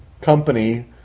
company